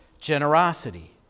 generosity